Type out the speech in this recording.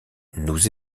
nous